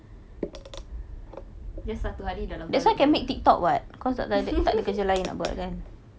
just satu hari